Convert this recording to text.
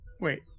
Wait